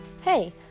Hey